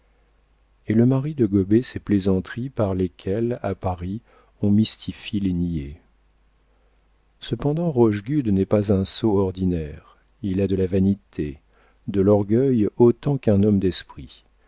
et le mari de gober ces plaisanteries par lesquelles à paris on mystifie les niais cependant rochegude n'est pas un sot ordinaire il a de la vanité de l'orgueil autant qu'un homme d'esprit